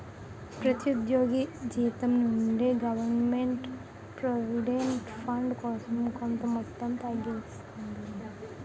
ప్రతి ఉద్యోగి జీతం నుండి గవర్నమెంట్ ప్రావిడెంట్ ఫండ్ కోసం కొంత మొత్తం తగ్గిస్తాది